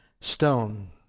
stone